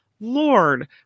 Lord